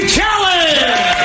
Challenge